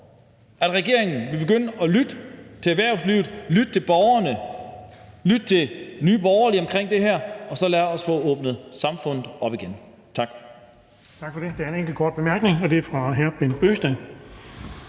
at regeringen vil begynde at lytte til erhvervslivet, lytte til borgerne og lytte til Nye Borgerlige i forhold til det her, og så lad os få åbnet samfundet op igen. Tak.